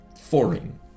foreign